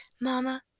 Mama